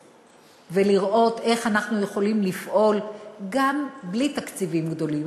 ולראות איך אנחנו יכולים לפעול גם בלי תקציבים גדולים,